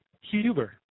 Huber